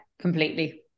completely